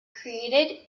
created